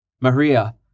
Maria